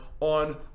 on